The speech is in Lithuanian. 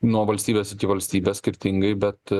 nuo valstybės iki valstybės skirtingai bet